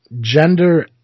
gender